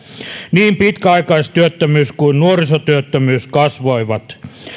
niin pitkäaikaistyöttömyys kuin nuorisotyöttömyys kasvoivat